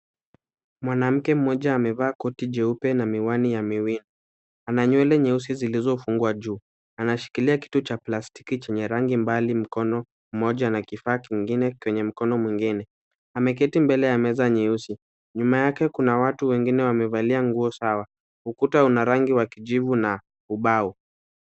Mwanamke mmoja amevaa koti jeupe na miwani ya milia ana nywele nyeusi zilizowekwa juu. Anashikilia kitu cha plastiki chenye rangi mbali mkono mmoja ana kifaa kingine kwenye mkono mwingine. Ameketi mbele ya meza nyeusi. Nyuma yake kuna watu wengine wamevalia nguo sawa. Ukuta una rangi wa kijivu na ubao.